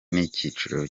n’icyiciro